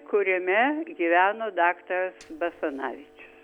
kuriame gyveno daktaras basanavičius